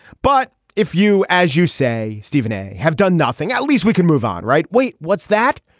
but if you as you say stephen a. have done nothing at least we can move on. right. wait what's that.